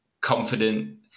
confident